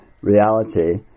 reality